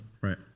Right